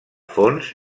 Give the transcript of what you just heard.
fons